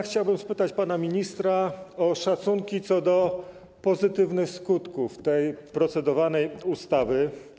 Chciałbym spytać pana ministra o szacunki co do pozytywnych skutków tej procedowanej ustawy.